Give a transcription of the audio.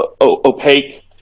opaque